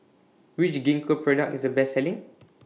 Which Gingko Product IS The Best Selling